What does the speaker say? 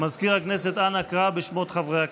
מזכיר הכנסת, אנא קרא בשמות חברי הכנסת.